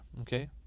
Okay